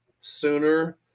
sooner